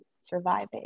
surviving